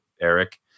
Eric